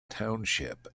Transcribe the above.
township